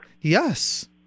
Yes